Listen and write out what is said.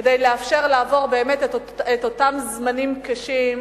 כדי לאפשר לעבור באמת את אותם זמנים קשים,